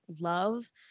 love